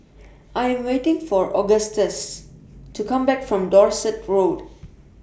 I Am waiting For Augustus to Come Back from Dorset Road